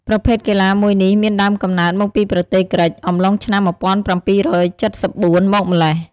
ប្រភេទកីឡាមួយនេះ មានដើមកំណើតមកពីប្រទេសក្រិក អំឡុងឆ្នាំ១៧៧៤ មកម្ល៉េះ។